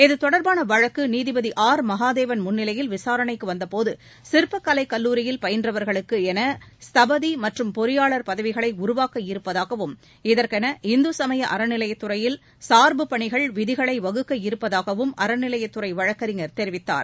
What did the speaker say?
இது தொடர்பான வழக்கு நீதிபதி ஆர் மகாதேவன் முன்னிலையில் விசாரணைக்கு வந்தபோது சிற்பக் கலைக்கல்லூரியில் பயின்றவர்களுக்கு என ஸ்தபதி மற்றும் பொறியாளர் பதவிகளை உருவாக்க இருப்பதாகவும் இதற்கௌ இந்து சமய அறநிலையத்துறையில் சார்பு பணிகள் விதிகளை வகுக்க இருப்பதாகவும் அறநிலையத்துறை வழக்கறிஞர் தெரிவித்தார்